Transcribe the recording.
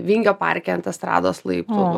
vingio parke ant estrados laiptų